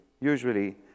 usually